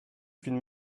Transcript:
qu’une